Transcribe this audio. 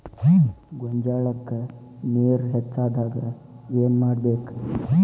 ಗೊಂಜಾಳಕ್ಕ ನೇರ ಹೆಚ್ಚಾದಾಗ ಏನ್ ಮಾಡಬೇಕ್?